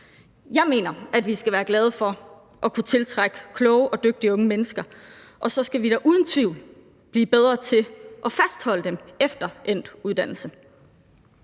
Jeg mener, vi skal være glade for at kunne tiltrække kloge og dygtige unge mennesker, og så skal vi da uden tvivl blive bedre til at fastholde dem efter endt uddannelse.